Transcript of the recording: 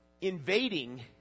invading